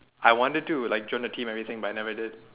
I wanted to like join a team and everything but never did